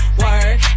work